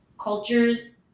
cultures